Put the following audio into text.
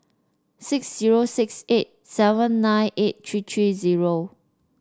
six zero six eight seven nine eight three three zero